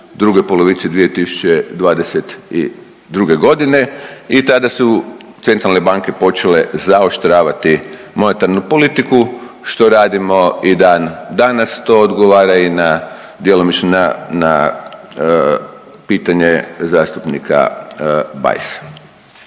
drugoj polovici 2022. godine i tada su centralne banke počele zaoštravati monetarnu politiku što radimo i dana danas. To odgovara i na djelomično na pitanje zastupnika Bajsa.